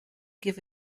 give